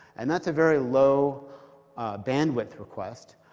and that's a very low bandwidth request,